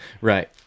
Right